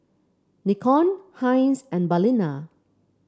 Nikon Heinz and Balina